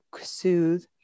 soothe